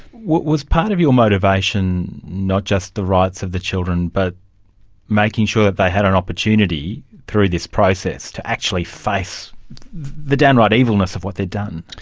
was part of your motivation not just the rights of the children, but making sure that they had an opportunity through this process to actually face the downright evilness of what they'd done?